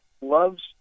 loves